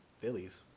Phillies